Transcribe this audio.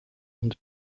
und